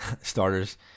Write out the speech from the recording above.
starters